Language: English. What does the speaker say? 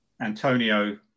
Antonio